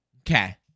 Okay